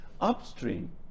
upstream